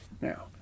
now